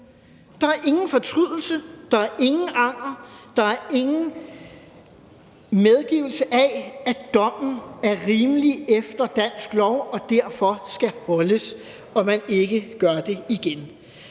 Der er ingen fortrydelse; der er ingen anger; der er ingen medgivelse af, at dommen er rimelig efter dansk lov, at loven skal holdes, og at man derfor ikke gør det igen.